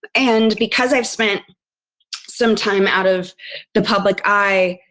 and because i've spent some time out of the public eye,